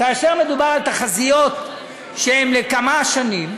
כאשר מדובר על תחזיות שהן לכמה שנים,